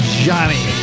johnny